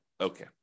okay